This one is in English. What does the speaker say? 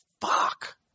fuck